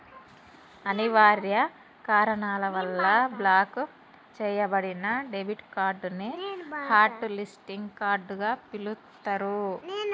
అనివార్య కారణాల వల్ల బ్లాక్ చెయ్యబడిన డెబిట్ కార్డ్ ని హాట్ లిస్టింగ్ కార్డ్ గా పిలుత్తరు